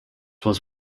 was